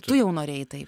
tu jau norėjai tai